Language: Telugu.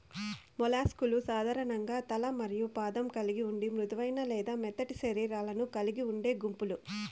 మొలస్క్ లు సాధారణంగా తల మరియు పాదం కలిగి ఉండి మృదువైన లేదా మెత్తటి శరీరాలను కలిగి ఉండే గుంపులు